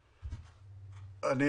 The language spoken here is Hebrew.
4 בקשת הממשלה לא נתקבלה.